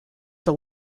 for